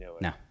No